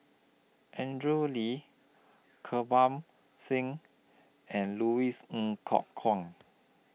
Andrew Lee Kirpal Singh and Louis Ng Kok Kwang